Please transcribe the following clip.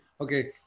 Okay